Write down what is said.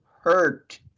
hurt